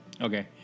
Okay